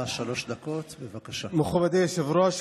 מכובדי היושב-ראש,